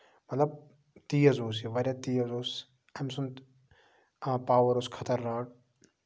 مطلب تیز اوس یہِ واریاہ تیز اوس أمۍ سُنٛد پاور اوس خَطرناک